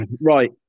right